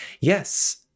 Yes